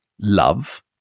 love